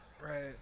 Right